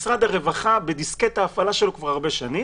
משרד הרווחה בדיסקט ההפעלה שלו כבר שנים